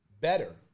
better